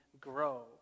grow